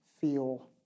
feel